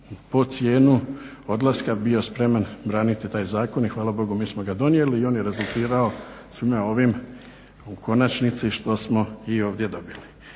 po cijenu odlaska bio spreman braniti taj zakon i hvala Bogu mi smo ga donijeli i on je rezultirao svime ovim u konačnici što smo i ovdje dobili.